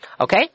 Okay